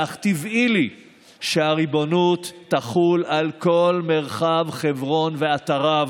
ואך טבעי לי שהריבונות תחול על כל מרחב חברון ואתריו.